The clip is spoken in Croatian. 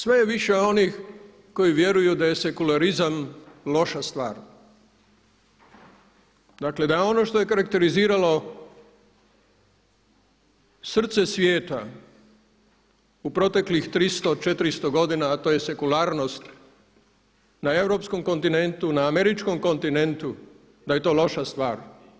Druga stvar, sve je više onih koji vjeruju da je sekularizam loša stvar, dakle da ono što je karakteriziralo srce svijeta u proteklih 300, 400 godina, a to je sekularnost na europskom kontinentu, na američkom kontinentu da je to loša stvar.